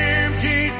empty